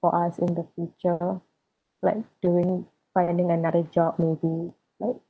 for us in the future like doing finding another job maybe right